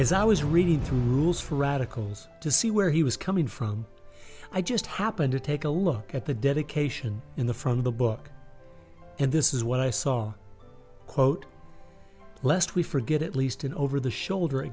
as i was reading through the rules for radicals to see where he was coming from i just happened to take a look at the dedication in the front of the book and this is what i saw quote lest we forget at least an over the shoulder